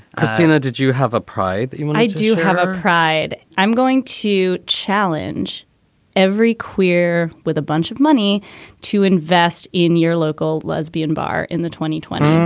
christina, did you have a pride? when when i do have ah pride. i'm going to challenge every queer with a bunch of money to invest in your local lesbian bar in the twenty twenty s.